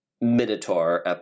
minotaur